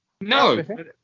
No